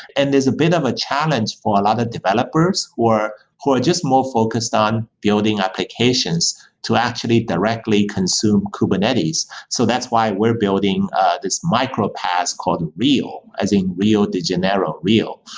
and there's a bit of a challenge for a lot of developers who are just more focused on building applications to actually directly consume kubernetes. so that's why we're building this micro-paas called rio, as in rio de janeiro, rio.